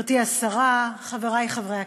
גברתי השרה, חברי חברי הכנסת,